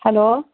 hello